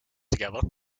together